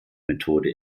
methode